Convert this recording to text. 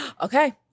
Okay